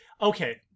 Okay